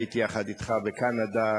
הייתי יחד אתך בקנדה,